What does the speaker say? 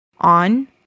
on